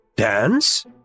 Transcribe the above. Dance